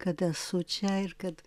kad esu čia ir kad